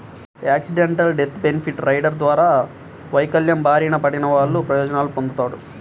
accidental death benefit rider ద్వారా వైకల్యం బారిన పడినవాళ్ళు ప్రయోజనాలు పొందుతాడు